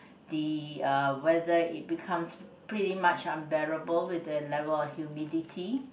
the uh weather it becomes pretty much unbearable with the level of humidity